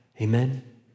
Amen